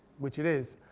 which it is.